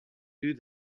due